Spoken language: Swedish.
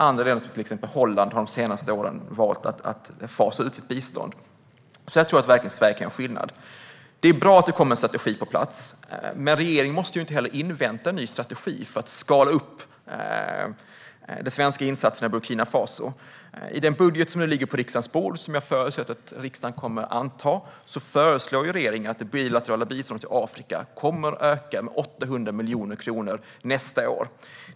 Andra länder, till exempel Holland, har de senaste åren valt att fasa ut sitt bistånd. Jag tror därför att Sverige verkligen kan göra skillnad. Det är bra att det kommer en strategi på plats, men regeringen måste inte invänta en ny strategi för att skala upp de svenska insatserna i Burkina Faso. I den budget som nu ligger på riksdagens bord och som jag förutsätter att riksdagen kommer att anta föreslår regeringen att det bilaterala biståndet till Afrika ska öka med 800 miljoner kronor nästa år.